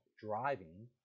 driving